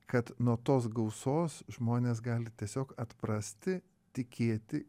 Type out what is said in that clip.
kad nuo tos gausos žmonės gali tiesiog atprasti tikėti